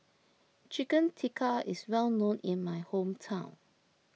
Chicken Tikka is well known in my hometown